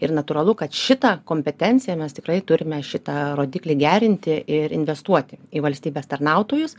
ir natūralu kad šitą kompetenciją mes tikrai turime šitą rodiklį gerinti ir investuoti į valstybės tarnautojus